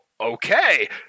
Okay